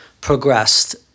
progressed